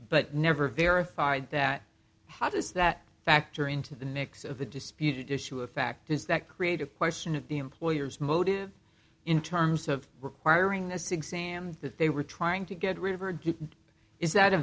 but never verified that how does that factor into the mix of the disputed issue a fact is that creative question of the employer's motive in terms of requiring a sig sam that they were trying to get rid of or did is that a